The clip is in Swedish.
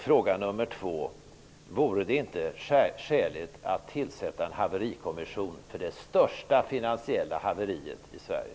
Fråga nummer två: Vore det inte skäligt att tillsätta en haverikommission för det största finansiella haveriet i Sverige?